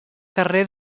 carrer